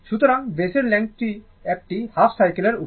সুতরাং বেসের লেংথটি একটি হাফ সাইকেলের উপরে